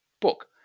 book